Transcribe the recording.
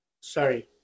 Sorry